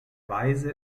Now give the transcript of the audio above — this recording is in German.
weise